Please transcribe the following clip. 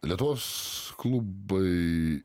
lietuvos klubai